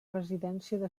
residència